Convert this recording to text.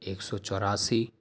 ایک سو چوراسی